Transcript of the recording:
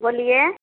बोलिए